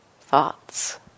Thoughts